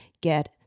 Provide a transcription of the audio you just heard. Get